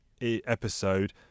episode